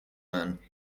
man